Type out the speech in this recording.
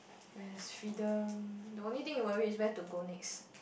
where there's freedom the only thing to worry is where to go next